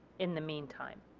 in the meantime.